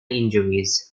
injuries